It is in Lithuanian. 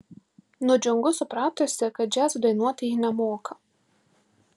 nudžiungu supratusi kad džiazo dainuoti ji nemoka